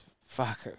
fuck